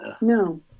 No